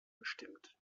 bestimmt